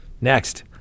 Next